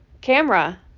camera